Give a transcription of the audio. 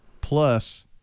plus